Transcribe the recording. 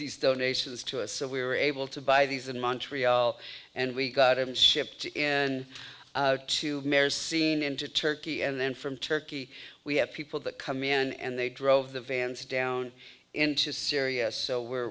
these donations to us so we were able to buy these in montreal and we got it shipped in to mare's scene into turkey and then from turkey we have people that come in and they drove the vans down into syria so we're